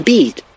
Beat